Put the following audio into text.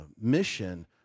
mission